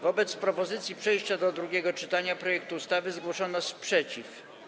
Wobec propozycji przejścia do drugiego czytania projektu ustawy zgłoszono sprzeciw.